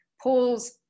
Paul's